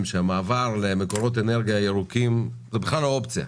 שהמעבר למקורות אנרגיה ירוקים הוא בכלל לא אופציה,